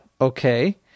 okay